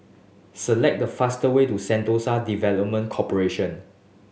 select the fastest way to Sentosa Development Corporation